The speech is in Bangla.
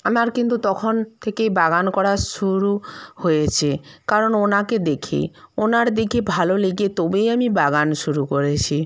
আমার কিন্তু তখন থেকেই বাগান করা শুরু হয়েছে কারণ ওনাকে দেখে ওনার দেখে ভালো লেগে তবেই আমি বাগান শুরু করেছি